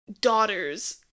daughters